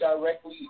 directly